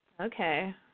Okay